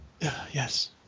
Yes